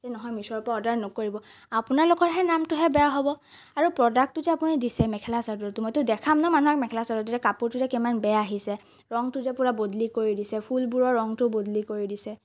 এই নহয় মিছ'ৰ পৰা অৰ্ডাৰ নকৰিব আপোনালোকৰহে নামতোহে বেয়া হ'ব আৰু প্ৰ'ডাক্টটো যে আপুনি দিছে মেখেলা চাদৰটো মইতো দেখাম না মানুহক মেখেলা চাদৰটো যে কাপোৰটো কিমান বেয়া আহিছে ৰঙটো যে পূৰা বদলি কৰি দিছে ফুলবোৰৰ ৰঙটো পূৰা বদলি কৰি দিছে